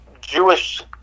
Jewish